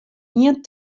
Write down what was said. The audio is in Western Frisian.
ien